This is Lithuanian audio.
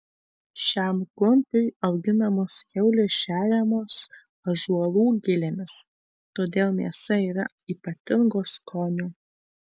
šiam kumpiui auginamos kiaulės šeriamos ąžuolų gilėmis todėl mėsa yra ypatingo skonio